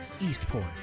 Eastport